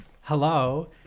Hello